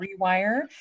rewire